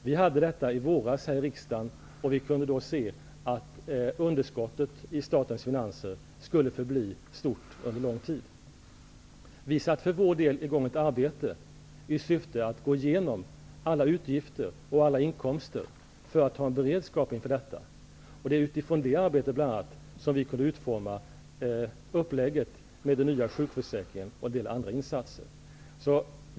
Vi tog upp detta i våras här i riksdagen, och vi kunde då se att underskottet i statens finanser skulle förbli stort under lång tid. Vi satte för vår del i gång ett arbete i syfte att gå igenom alla utgifter och alla inkomster för att ha en beredskap inför denna situation. Det var bl.a. utifrån det arbetet som vi kunde utforma uppläggningen av den nya sjukförsäkringen och en del andra insatser.